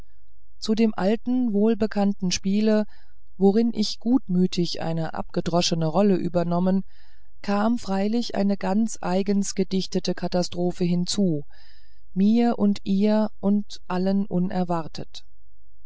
zu dem alten wohlbekannten spiele worin ich gutmütig eine abgedroschene rolle übernommen kam freilich eine ganz eigens gedichtete katastrophe hinzu mir und ihr und allen unerwartet